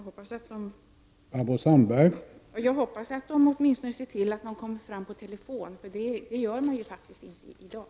Herr talman! Jag hoppas att Linjeflyg åtminstone ser till att människor kommer fram på telefonen, eftersom man faktiskt inte gör det i dag.